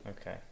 okay